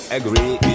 agree